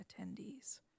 attendees